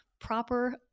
proper